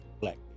black